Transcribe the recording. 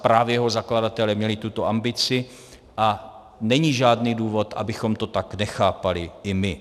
Právě jeho zakladatelé měli tuto ambici a není žádný důvod, abychom to tak nechápali i my.